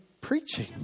preaching